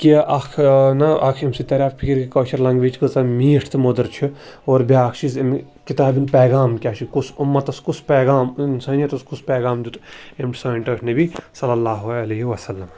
کہِ اَکھ نا اَکھ ییٚمہِ سۭتۍ تَرِ ہا فِکرِ کٲشُر لنٛگویج کۭژاہ میٖٹھ تہٕ مٔدٕر چھِ اور بیٛاکھ چیٖز امہِ کِتابہِ ہُنٛد پیغام کیٛاہ چھُ کُس اُمَتَس کُس پیغام اِنسٲنیتَس کُس پیغام دیُت أمۍ سٲنۍ ٹٲٹھۍ نبی صلی اللہُ علیہ وَسلم